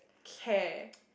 care